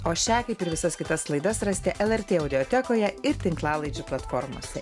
o šią kaip ir visas kitas laidas rasite el er tė audiotekoje ir tinklalaidžių platformose